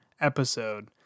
episode